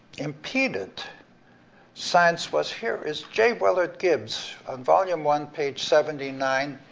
impeded science was here, as j. willard gibbs, on volume one, page seventy nine,